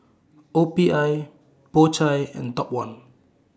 O P I Po Chai and Top one